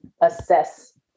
assess